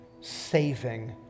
saving